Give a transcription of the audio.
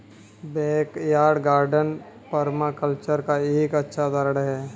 backyard garden permaculture का एक अच्छा उदाहरण हैं